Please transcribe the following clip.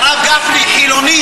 בעד חיים כץ,